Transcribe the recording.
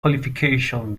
qualification